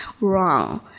wrong